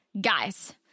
Guys